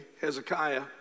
Hezekiah